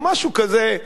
או משהו כזה,